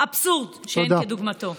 אבסורד שאין כדוגמתו.